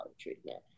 treatment